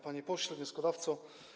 Panie Pośle Wnioskodawco!